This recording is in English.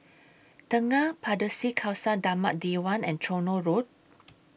Tengah Pardesi Khalsa Dharmak Diwan and Tronoh Road